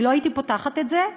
אני לא הייתי פותחת את זה.